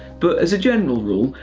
but as a general rule,